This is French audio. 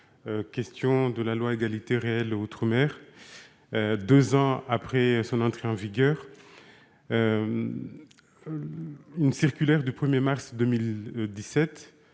relative à l'égalité réelle outre-mer. Deux ans après son entrée en vigueur, une circulaire du 1 mars 2017